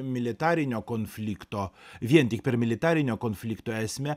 militarinio konflikto vien tik per militarinio konflikto esmę